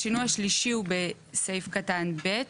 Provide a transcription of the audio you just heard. השינוי השלישי הוא בסעיף קטן (ב),